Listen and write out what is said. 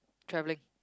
travelling